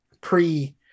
pre